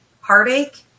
heartache